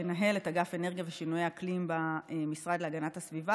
שינהל את אגף אנרגיה ושינויי אקלים במשרד להגנת הסביבה